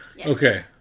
Okay